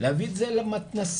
להביא את זה למתנ"סים,